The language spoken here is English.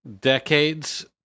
decades